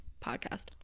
podcast